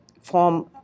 form